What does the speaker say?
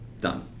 done